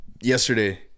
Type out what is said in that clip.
Yesterday